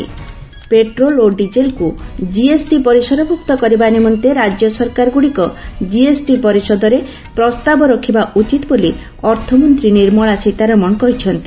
petrol ଓ ଡିଜେଲକୁ GST ପରିସରଭୁକ୍ତ କରିବା ନିମନ୍ତେ ରାଜ୍ୟସରକାରଗୁଡିକ ଜିଏସଟି ପରିଷଦରେ ପ୍ରସ୍ତାବ ରଖିବା ଉଚିତ ବୋଲି ଅର୍ଥମନ୍ତ୍ରୀ ନିର୍ମଳା ସୀତାରମଣ କହିଛନ୍ତି